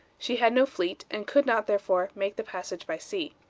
she had no fleet, and could not, therefore, make the passage by sea.